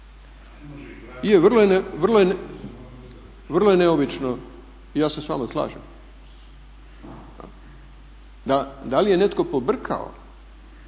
Je vrlo je neobično i ja se s vama slažem. Da li je netko pobrkao